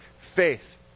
faith